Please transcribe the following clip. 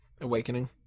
Awakening